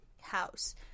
house